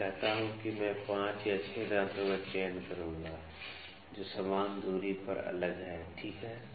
मैं कहता हूं कि मैं 5 या 6 दांतों का चयन करूंगा जो समान दूरी पर अलग हैं ठीक है